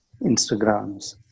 Instagrams